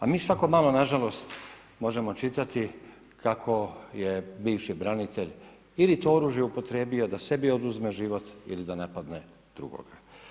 A mi svako malo na žalost možemo čitati kako je bivši branitelj ili to oružje upotrijebio da sebi oduzme život ili da napadne drugoga.